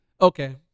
Okay